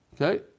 Okay